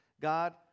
God